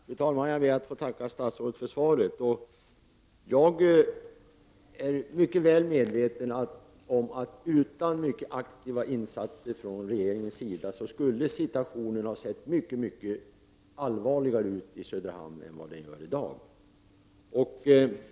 Fru talman! Jag ber att få tacka statsrådet för svaret. Jag är mycket väl medveten om att situationen i Söderhamn hade varit mycket allvarligare än den är i dag utan mycket aktiva insatser från regeringens sida.